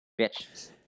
Bitch